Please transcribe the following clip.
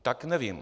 Tak nevím.